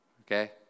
Okay